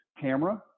camera